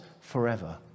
forever